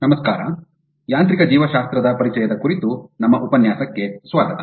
ನಮಸ್ಕಾರ ಮತ್ತು ಯಾಂತ್ರಿಕ ಜೀವಶಾಸ್ತ್ರದ ಪರಿಚಯದ ಕುರಿತು ನಮ್ಮ ಉಪನ್ಯಾಸಕ್ಕೆ ಸ್ವಾಗತ